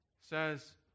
says